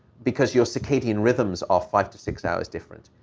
because your circadian rhythms are five to six hours different.